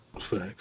Facts